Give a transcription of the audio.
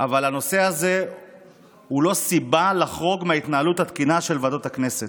אבל הנושא הזה הוא לא סיבה לחרוג מההתנהלות התקינה של ועדות הכנסת.